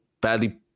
badly